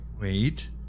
wait